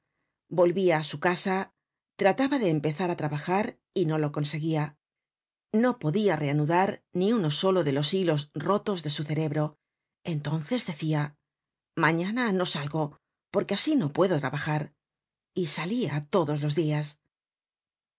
volvia á su casa trataba de empezar á trabajar y no lo conseguia no podia reanudar ni uno solo de los hilos rotos de su cerebro entonces decia mañana no salgo porque asi no puedo trabajar y salia todos los dias